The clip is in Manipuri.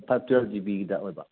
ꯐꯥꯏꯕ ꯇ꯭ꯋꯦꯜꯞ ꯖꯤꯕꯤꯒꯤꯗꯥ ꯑꯣꯏꯕ